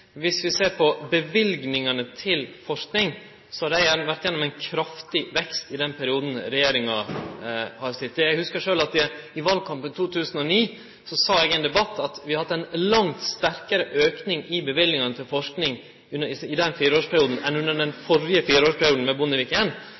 viss vi ser på løyvingane til forsking, har dei vore gjennom ein kraftig vekst i den perioden regjeringa har sete. Eg hugsar at eg i valkampen 2009 sa i ein debatt at vi har hatt ein langt sterkare auke i løyvingane til forsking i den fireårsperioden enn i den førre fireårsperioden under